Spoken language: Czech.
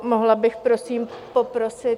Mohla bych prosím poprosit?